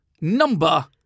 number